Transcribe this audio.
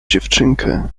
dziewczynkę